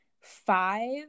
five